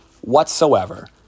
whatsoever